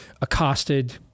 accosted